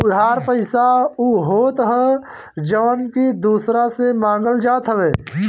उधार पईसा उ होत हअ जवन की दूसरा से मांगल जात हवे